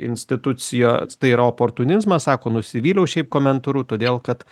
institucijos tai yra oportunizmas sako nusivyliau šiaip komentaru todėl kad